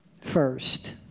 first